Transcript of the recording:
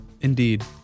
Indeed